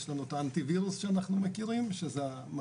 יש לנו את האנטי ווירוס,